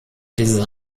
design